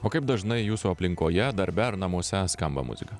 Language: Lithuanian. o kaip dažnai jūsų aplinkoje darbe ar namuose skamba muzika